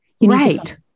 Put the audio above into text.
Right